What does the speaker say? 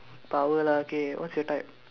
power lah K what's your type